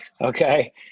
Okay